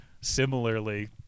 similarly